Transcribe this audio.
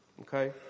Okay